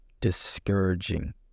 discouraging